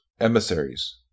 emissaries